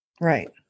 right